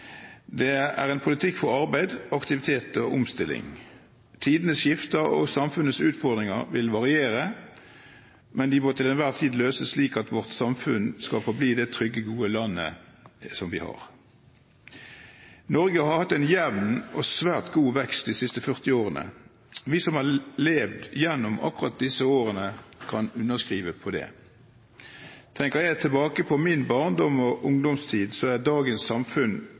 Det er en politikk for arbeid, aktivitet og omstilling. Tidene skifter, og samfunnets utfordringer vil variere, men de må til enhver tid løses slik at vårt samfunn skal forbli det trygge, gode landet vi har. Norge har hatt en jevn og svært god vekst de siste førti årene. Vi som har levd gjennom akkurat disse årene, kan underskrive på det. Tenker jeg tilbake på min barndom og ungdomstid, er dagens samfunn